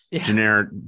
generic